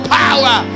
power